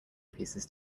pieces